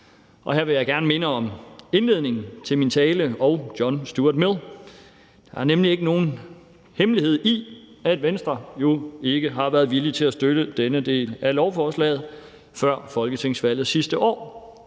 kr. Her vil jeg gerne minde om indledningen til min tale og John Stuart Mill. Det er nemlig ikke nogen hemmelighed, at Venstre jo ikke har været villig til at støtte denne del af lovforslaget før folketingsvalget sidste år.